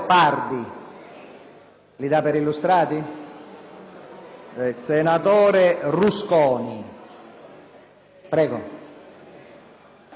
senatore Rusconi